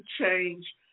change